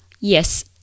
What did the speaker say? yes